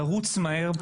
לרוץ מהר,